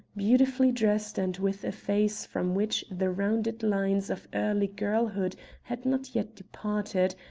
beautifully dressed, and with a face from which the rounded lines of early girlhood had not yet departed,